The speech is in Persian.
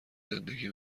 زندگی